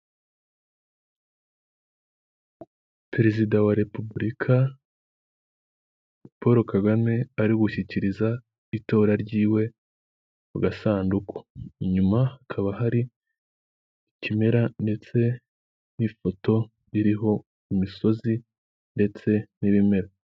Perezida wa Repubulika Paul Kagame ari gushyikiriza itora ryiwe mu gasanduku, inyuma hakaba hari ikimera ndetse n'ifoto iriho imisozi ndetse n'ibimera.